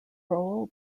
role